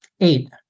eight